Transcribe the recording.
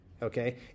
okay